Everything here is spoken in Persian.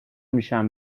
میشم